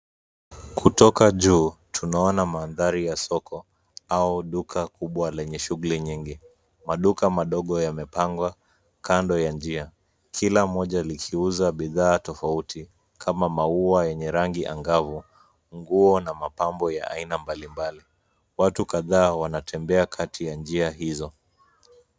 Kutoka juu, tunaona mandhari ya soko, au duka kubwa lenye shughuli nyingi, maduka madogo yamepangwa, kando ya njia, kila mmoja likiuza bidhaa tofauti, kama maua yenye rangi angavu, nguo na mapambo ya aina mbali mbali, watu kadhaa wanatembea kati ya njia hizo.